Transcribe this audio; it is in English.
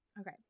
okay